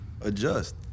adjust